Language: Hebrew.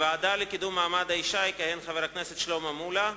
בוועדה לקידום מעמד האשה יכהן חבר הכנסת שלמה מולה,